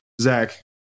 zach